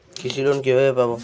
কৃষি লোন কিভাবে পাব?